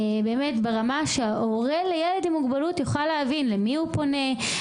ברמה שהורה לילד עם מוגבלות יוכל להבין למי הוא פונה,